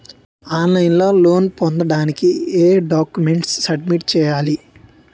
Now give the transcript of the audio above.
On line లో loan పొందటానికి ఎం డాక్యుమెంట్స్ సబ్మిట్ చేయాలి?